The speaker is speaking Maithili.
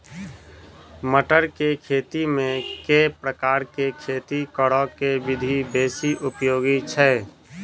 मटर केँ खेती मे केँ प्रकार केँ खेती करऽ केँ विधि बेसी उपयोगी छै?